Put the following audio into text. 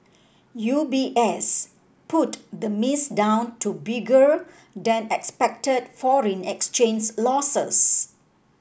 U B S put the miss down to bigger than expected foreign exchange losses